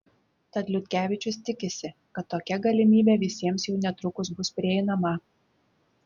tad liutkevičius tikisi kad tokia galimybė visiems jau netrukus bus prieinama